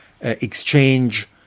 exchange